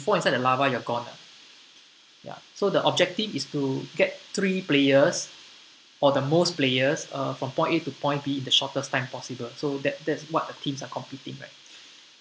fall inside the lava you're gone ah ya so the objective is to get three players or the most players uh from point A to point B in the shortest time possible so that that's what the teams are competing right